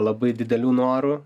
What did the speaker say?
labai didelių norų